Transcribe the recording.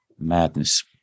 Madness